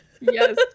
Yes